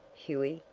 hughie,